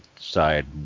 side